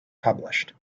published